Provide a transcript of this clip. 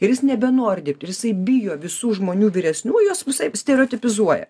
ir jis nebenori dirbti ir jisai bijo visų žmonių vyresnių juos visaip stereotipizuoja